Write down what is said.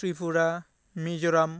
Tripura Mizoram